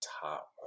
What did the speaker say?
top